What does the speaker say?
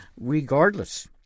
Regardless